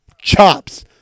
chops